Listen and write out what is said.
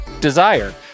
Desire